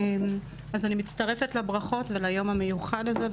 אני מצטרפת לברכות וליום המיוחד הזה.